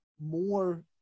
more